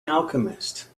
alchemist